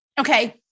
Okay